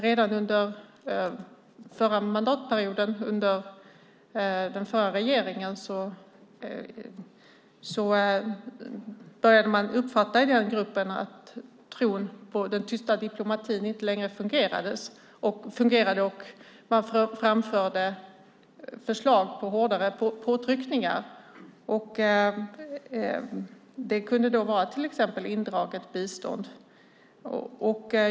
Redan under den förra mandatperioden under den förra regeringen började man i den gruppen uppfatta att den tysta diplomatin inte längre fungerade. Man framförde förslag på hårdare påtryckningar. Det kunde vara till exempel indraget bistånd.